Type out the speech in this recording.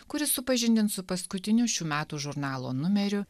kuris supažindins su paskutiniu šių metų žurnalo numeriu